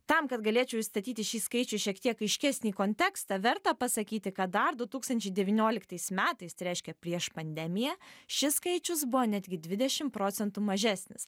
tam kad galėčiau įstatyti šį skaičių į šiek tiek aiškesnį kontekstą verta pasakyti kad dar du tūkstančiai devynioliktais metais tai reiškia prieš pandemiją šis skaičius buvo netgi dvidešim procentų mažesnis